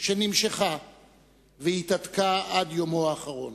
שנמשכה והתהדקה עד יומו האחרון.